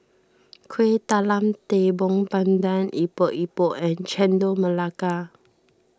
Kuih Talam Tepong Pandan Epok Epok and Chendol Melaka